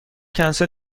کنسل